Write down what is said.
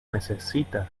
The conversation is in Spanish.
necesita